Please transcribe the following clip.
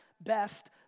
best